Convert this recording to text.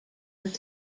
was